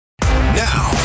Now